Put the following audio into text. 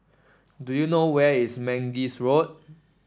do you know where is Mangis Road